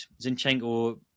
Zinchenko